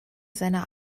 seiner